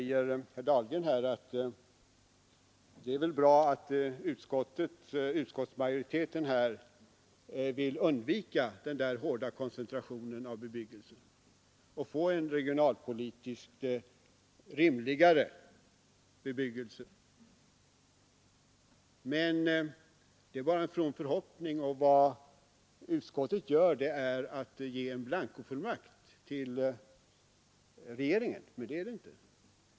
Herr Dahlgren framhåller att det väl är bra att utskottsmajoriteten vill undvika denna hårda koncentration av bebyggelsen och få en regionalpolitiskt rimligare bebyggelse. Men det är bara en from förhoppning säger han. Vidare säger herr Dahlgren att vad vi gör är att vi ger en blankofullmakt till regeringen. Men så är det inte.